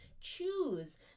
Choose